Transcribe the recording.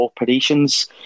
operations